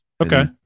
Okay